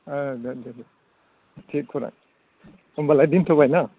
दोनसै दे थिख खुरा होनब्लालाय दोनथबायना